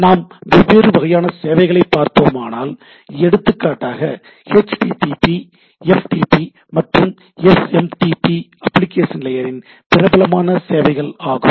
நாம் வெவ்வேறு வகையான சேவைகளை பார்த்தோமானால் எடுத்துக்காட்டாக H T T P F T P மற்றும் S M T P HTTP FTP and SMTP application லேயரின் பிரபலமான சேவைகள் ஆகும்